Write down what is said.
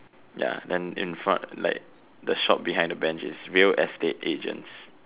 ya then in front like the shop behind the bench is real estate agents